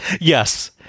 Yes